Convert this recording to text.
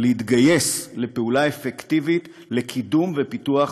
להתגייס לפעולה אפקטיבית לקידום ופיתוח